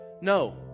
No